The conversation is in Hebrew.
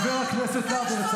כמו רוכלת בשוק, כמו רוכלת בשוק.